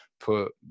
put